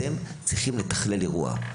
אתם צריכים לתכלל אירוע.